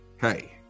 Hey